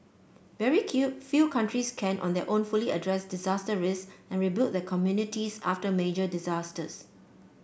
very kill few countries can on their own fully address disaster risks and rebuild their communities after major disasters